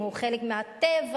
הם חלק מהטבע,